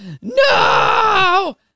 No